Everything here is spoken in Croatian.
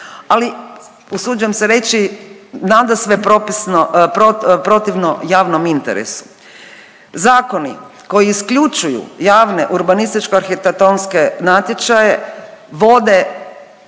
Ali usuđujem se reći nadasve protivno javnom interesu. Zakoni koji isključuju javne urbanističko-arhitektonske natječaje vode